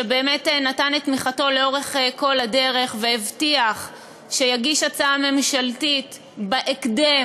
שבאמת נתן את תמיכתו לאורך כל הדרך והבטיח שיגיש הצעה ממשלתית בהקדם,